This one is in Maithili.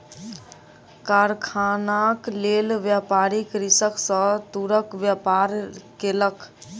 कारखानाक लेल, व्यापारी कृषक सॅ तूरक व्यापार केलक